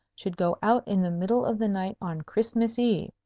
should go out in the middle of the night on christmas eve,